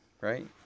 right